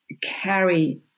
carry